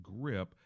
grip